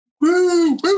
Woo